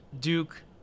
duke